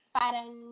parang